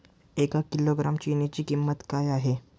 एक किलोग्रॅम चिकनची किंमत काय आहे?